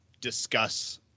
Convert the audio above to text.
discuss